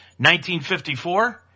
1954